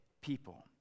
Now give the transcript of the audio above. people